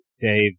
Dave